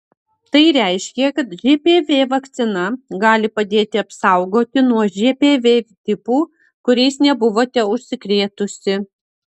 tai reiškia kad žpv vakcina gali padėti apsaugoti nuo žpv tipų kuriais nebuvote užsikrėtusi